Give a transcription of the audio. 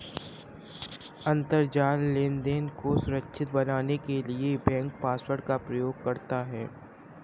अंतरजाल लेनदेन को सुरक्षित बनाने के लिए बैंक पासवर्ड का प्रयोग करता है